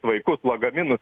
vaikus lagaminus